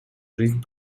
жизнь